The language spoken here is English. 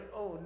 own